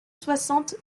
soixante